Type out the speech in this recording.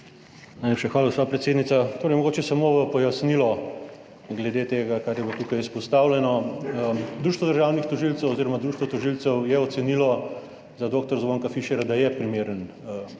hvala, gospa predsednica. Mogoče samo v pojasnilo glede tega, kar je bilo tukaj izpostavljeno. Društvo državnih tožilcev oziroma društvo tožilcev je ocenilo za dr. Zvonka Fišerja, da je primeren